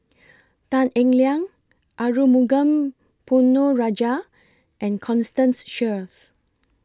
Tan Eng Liang Arumugam Ponnu Rajah and Constance Sheares